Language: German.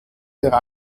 der